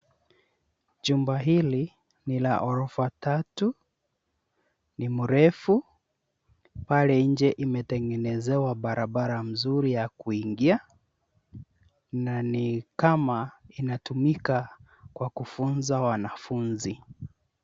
Jumba hili ni la ghorofa tatu, ni mrefu, pale nje imetengenezewa barabara nzuri ya kuingia na ni kama inatumika kwa kufunza wanafunzi.